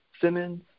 Simmons